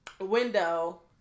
window